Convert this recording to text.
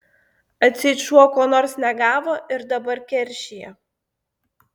atseit šuo ko nors negavo ir dabar keršija